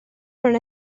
non